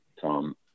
Tom